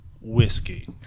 Whiskey